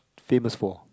famous for